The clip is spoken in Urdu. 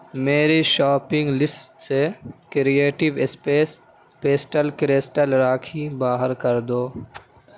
میری شاپنگ لسٹ سے creative space pastel crystal Rakhi باہر کر دو